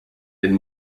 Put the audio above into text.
den